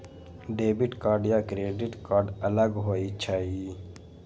Debit card या credit card अलग होईछ ई?